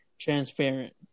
transparent